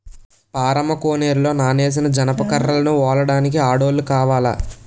పారమ్మ కోనేరులో నానేసిన జనప కర్రలను ఒలడానికి ఆడోల్లు కావాల